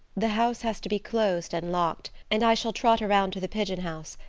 the house has to be closed and locked, and i shall trot around to the pigeon house,